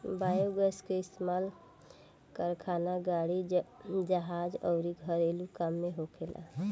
biogas के इस्तमाल कारखाना, गाड़ी, जहाज अउर घरेलु काम में होखेला